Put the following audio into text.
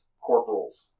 Corporals